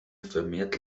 vermehrt